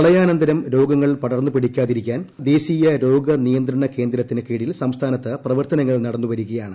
പ്രളയാനന്തരം രോഗങ്ങൾ പടർന്നു പിടിക്കാൻ സാധ്യത ഉള്ളതിനാൽ ദേശീയ രോഗ നിയന്ത്രണ കേന്ദ്രത്തിന് കീഴിൽ സംസ്ഥാനത്ത് പ്രവർത്തനങ്ങൾ നടന്നു വരികയാണ്